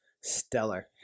stellar